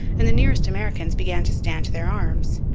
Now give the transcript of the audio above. and the nearest americans began to stand to their arms.